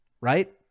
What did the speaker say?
Right